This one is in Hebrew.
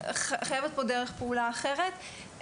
חייבת להיות פה דרך פעולה אחרת.